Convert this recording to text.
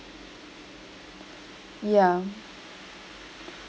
ya